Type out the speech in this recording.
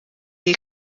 iyi